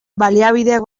baliabideak